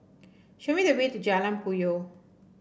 show me the way to Jalan Puyoh